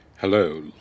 Hello